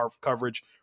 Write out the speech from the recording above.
coverage